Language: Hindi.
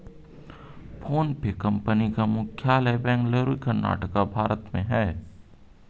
फोनपे कंपनी का मुख्यालय बेंगलुरु कर्नाटक भारत में है